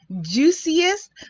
juiciest